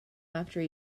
after